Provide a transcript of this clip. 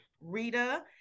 Rita